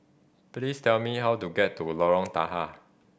please tell me how to get to Lorong Tahar